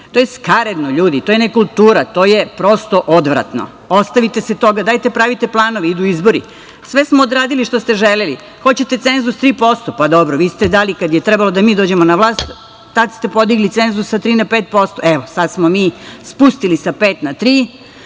To je skaradno, ljudi, to je nekultura, to je prosto odvratno. Ostavite se toga, dajte pravite planove, idu izbori. Sve smo odradili što ste želeli. Hoćete cenzus 3%? Dobro, vi ste dali, kada je trebalo da mi dođemo na vlast tada ste podigli cenzus sa 3% na 5%. Evo, sad smo mi spustili sa 5% na 3%,